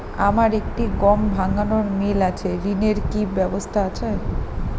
আমার একটি গম ভাঙানোর মিল আছে ঋণের কি ব্যবস্থা আছে?